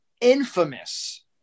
infamous